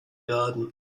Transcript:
garden